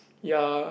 ya